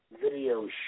Video